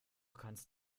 kannst